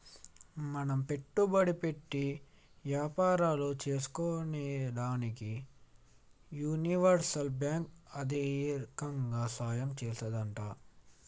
మనం పెట్టుబడి పెట్టి యాపారాలు సేసుకునేదానికి యూనివర్సల్ బాంకు ఆర్దికంగా సాయం చేత్తాదంట